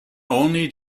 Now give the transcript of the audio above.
only